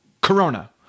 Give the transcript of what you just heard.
Corona